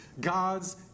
God's